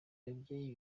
babyeyi